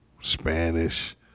Spanish